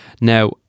Now